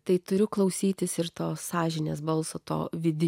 tai turiu klausytis ir to sąžinės balso to vidun